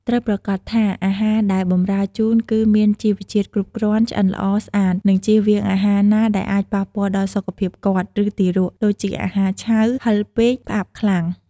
ត្រូវប្រាកដថាអាហារដែលបម្រើជូនគឺមានជីវជាតិគ្រប់គ្រាន់ ឆ្អិនល្អ ស្អាត និងជៀសវាងអាហារណាដែលអាចប៉ះពាល់ដល់សុខភាពគាត់ ឬទារក ដូចជាអាហារឆៅ ហឹរខ្លាំង ផ្អាប់ខ្លាំង។